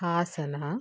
Hassan